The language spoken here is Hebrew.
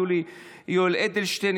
יולי יואל אדלשטיין,